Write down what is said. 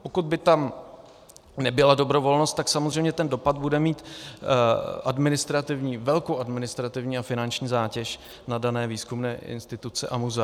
Pokud by tam nebyla dobrovolnost, tak samozřejmě ten dopad bude mít velkou administrativní a finanční zátěž na dané výzkumné instituce a muzea.